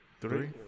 three